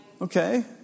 okay